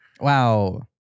Wow